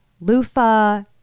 loofah